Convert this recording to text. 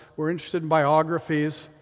we're interested in biographies.